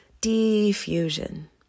diffusion